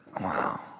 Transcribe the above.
Wow